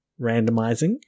randomizing